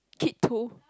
kid tool